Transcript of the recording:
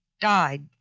died